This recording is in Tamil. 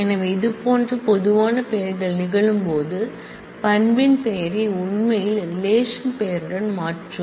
எனவே இதுபோன்ற பொதுவான பெயர்கள் நிகழும்போது பண்பின் பெயரை உண்மையில் ரிலேஷன் பெயருடன் மாற்றுவோம்